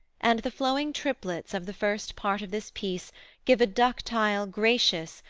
and the flowing triplets of the first part of this piece give a ductile, gracious,